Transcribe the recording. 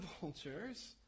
vultures